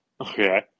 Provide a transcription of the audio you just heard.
Okay